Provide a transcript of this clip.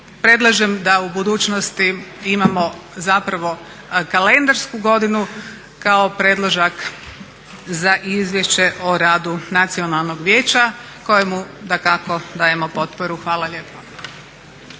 predlažem da u budućnosti imamo zapravo kalendarsku godinu kao predložak za Izvješće o radu Nacionalnog vijeća kojemu dakako dajemo potporu. Hvala lijepa.